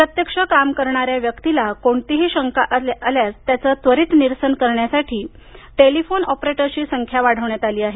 प्रत्यक्ष काम करणाऱ्या व्यक्तीला कोणतीही शंका आल्यास त्याचं त्वरीत निरसन करण्यासाठी टेलिफोन ऑपरेटर्सची संख्या वाढवण्यात आली आहे